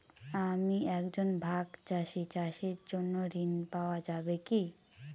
আমি একজন ভাগ চাষি চাষের জন্য ঋণ পাওয়া যাবে কি?